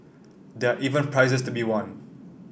there are even prizes to be won